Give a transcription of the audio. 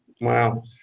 Wow